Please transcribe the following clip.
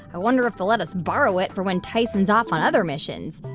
i wonder if they'll let us borrow it for when tyson's off on other missions.